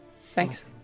Thanks